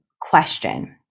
question